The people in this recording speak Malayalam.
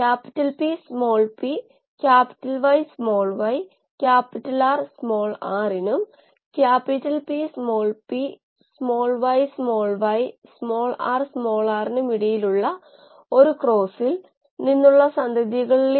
കൂടാതെ ഉൽപാദിപ്പിക്കുന്ന ബയോറിയാക്ടറിൽ നിന്ന് സമയമെടുക്കാതെ കോശ ഉൽപ്പന്നങ്ങൾക്കായുള്ള പുതിയ പ്രവർത്തന നടപടിക്രമങ്ങളുടെ സാധൂകരണം